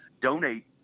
Donate